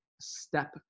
step